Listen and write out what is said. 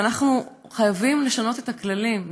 ואנחנו חייבים לשנות את הכללים.